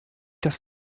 das